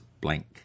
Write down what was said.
blank